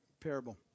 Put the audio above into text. parable